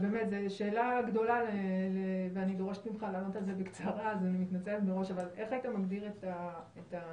שאלה גדולה ואני דורשת ממך לענות על זה בקצרה: איך היית מגדיר את רמת